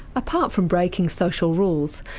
apart from breaking social rules,